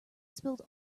spilled